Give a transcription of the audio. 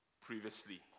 Previously